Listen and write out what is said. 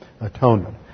atonement